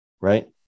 right